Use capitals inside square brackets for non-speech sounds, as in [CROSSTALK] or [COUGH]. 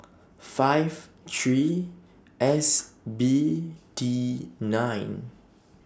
[NOISE] five three S B D nine